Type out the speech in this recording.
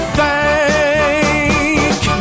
thank